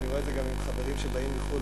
ואני רואה את זה גם עם חברים שבאים מחו"ל